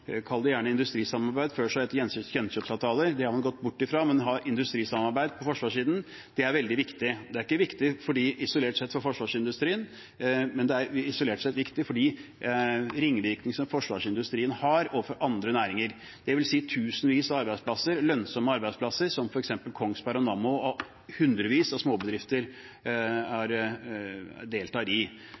kall det gjerne – industrisamarbeid. Før het det gjenkjøpsavtaler – det har man gått bort fra. Men industrisamarbeid på forsvarssiden er veldig viktig. Det er ikke viktig isolert sett for forsvarsindustrien, men det er isolert sett viktig for ringvirkningene som forsvarsindustrien har overfor andre næringer, dvs. tusenvis av lønnsomme arbeidsplasser, som f.eks. Kongsberg og Nammo, og hundrevis av småbedrifter som deltar